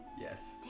Yes